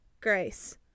grace